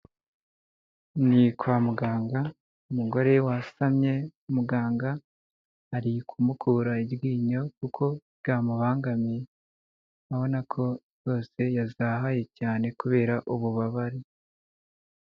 Ni kwa muganga, umugore wasamye muganga ari kumukura iryinyo kuko ryamubangamiye ubona ko rwose yazahaye cyane kubera ububabare.